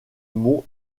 mont